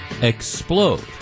explode